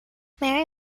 marie